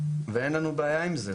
ואין לנו בעיה עם זה,